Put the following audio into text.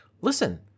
listen